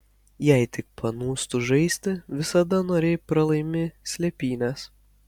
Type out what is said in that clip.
jei tik panūstu žaisti visada noriai pralaimi slėpynes